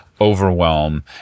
overwhelm